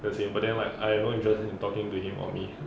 the same but then like I not interested in talking to him or me so